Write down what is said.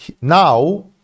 now